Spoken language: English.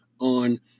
on